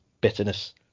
bitterness